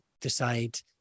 decide